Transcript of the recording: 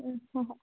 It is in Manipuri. ꯎꯝ ꯍꯣꯏ ꯍꯣꯏ